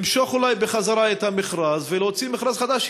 למשוך אולי בחזרה את המכרז ולהוציא מכרז חדש,